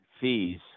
fees